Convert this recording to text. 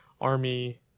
army